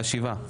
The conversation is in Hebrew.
היה שבעה.